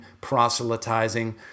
proselytizing